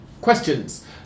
questions